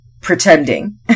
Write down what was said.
pretending